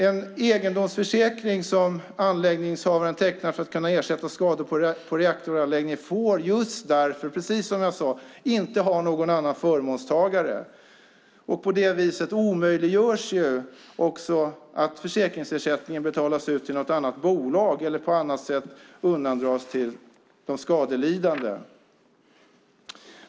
En egendomsförsäkring som anläggningshavaren tecknar för att kunna ersätta skador på reaktoranläggningen får just därför, precis som jag sade, inte ha någon annan förmånstagare. På det viset omöjliggörs också att försäkringsersättningen betalas ut till något annat bolag eller på annat sätt undandras de skadelidande.